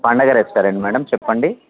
పండగ restaurant madam చెప్పండి